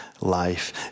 life